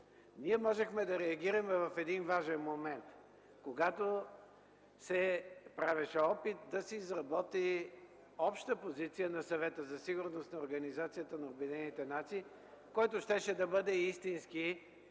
Ние можехме да реагираме в един важен момент, когато се правеше опит да се изработи обща позиция на Съвета за сигурност на Организацията на обединените нации, който щеше да бъде истински